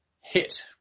hit